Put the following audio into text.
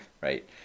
Right